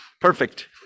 Perfect